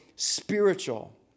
spiritual